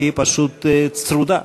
פשוט צרודה,